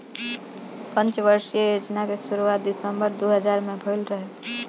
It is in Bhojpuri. पंचवर्षीय योजना कअ शुरुआत दिसंबर दू हज़ार में भइल रहे